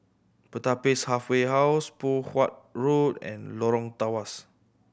Pertapis Halfway House Poh Huat Road and Lorong Tawas